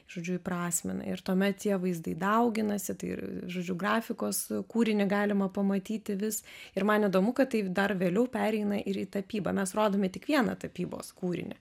žodžiu įprasmina ir tuomet tie vaizdai dauginasi tai žodžiu grafikos kūrinį galima pamatyti vis ir man įdomu kad tai dar vėliau pereina ir į tapybą mes rodome tik vieną tapybos kūrinį